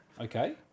Okay